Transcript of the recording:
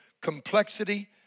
complexity